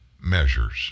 measures